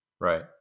Right